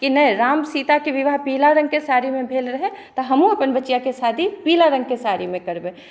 कि नहि राम सीताक विवाह पीला रङ्गके साड़ीमे भेल रहै तऽ हमहूँ अपन बचिआके शादी पीला रङ्गके साड़ीमे करबै